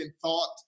thought